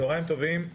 צוהריים טובים.